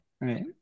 Right